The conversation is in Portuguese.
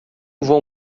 vou